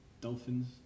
dolphins